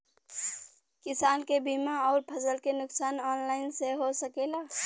किसान के बीमा अउर फसल के नुकसान ऑनलाइन से हो सकेला?